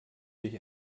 durch